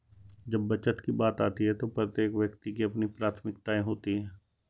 जब बचत की बात आती है तो प्रत्येक व्यक्ति की अपनी प्राथमिकताएं होती हैं